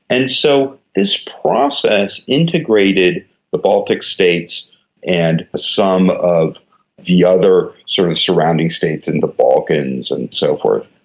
and so this process integrated the baltic states and some of the other sort of surrounding states in the balkans and so forth.